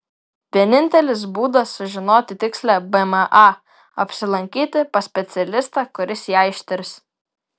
vienintelis būdas sužinoti tikslią bma apsilankyti pas specialistą kuris ją ištirs